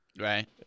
right